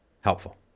helpful